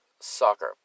Soccer